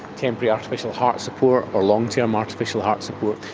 temporary artificial heart support or long-term artificial heart support,